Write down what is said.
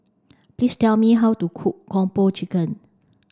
please tell me how to cook Kung Po Chicken